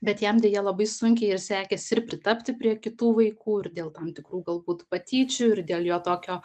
bet jam deja labai sunkiai ir sekėsi ir pritapti prie kitų vaikų ir dėl tam tikrų galbūt patyčių ir dėl jo tokio